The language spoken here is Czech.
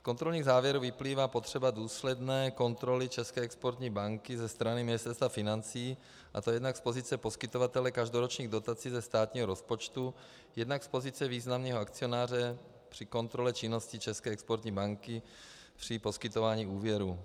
Z kontrolních závěrů vyplývá potřeba důsledné kontroly České exportní banky ze strany Ministerstva financí, a to jednak z pozice poskytovatele každoročních dotací ze státního rozpočtu, jednak z pozice významného akcionáře při kontrole činnosti České exportní banky při poskytování úvěrů.